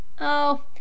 Oh